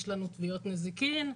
יש לנו תביעות נזיקין,